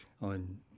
on